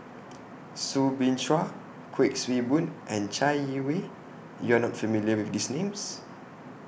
Soo Bin Chua Kuik Swee Boon and Chai Yee Wei YOU Are not familiar with These Names